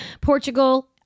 Portugal